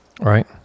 right